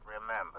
remember